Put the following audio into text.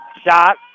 Shot